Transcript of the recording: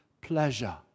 pleasure